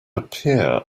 appear